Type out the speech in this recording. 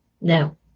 No